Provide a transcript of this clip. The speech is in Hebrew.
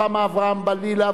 רוחמה אברהם-בלילא,